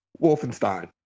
Wolfenstein